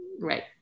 Right